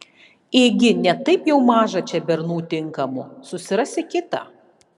ėgi ne taip jau maža čia bernų tinkamų susirasi kitą